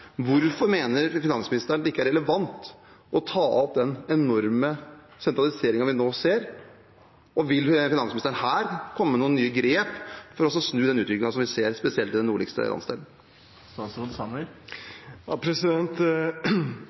hvorfor mener finansministeren det ikke er relevant å ta opp den enorme sentraliseringen vi nå ser? Vil finansministeren her komme med noen nye grep for å snu den utviklingen som vi ser spesielt i den nordligste